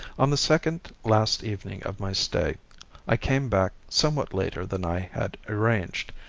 on the second last evening of my stay i came back somewhat later than i had arranged,